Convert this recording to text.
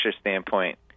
standpoint